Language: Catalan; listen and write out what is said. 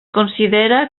considera